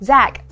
Zach